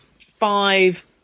five